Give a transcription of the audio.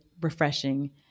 refreshing